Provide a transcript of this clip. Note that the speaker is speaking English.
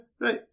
right